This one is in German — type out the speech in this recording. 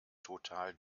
total